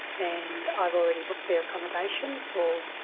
and i've already booked their accommodation for